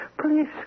Please